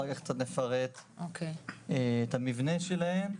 אחר כך קצת נפרט את המבנה שלהן.